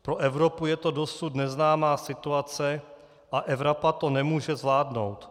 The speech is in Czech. Pro Evropu je to dosud neznámá situace a Evropa to nemůže zvládnout.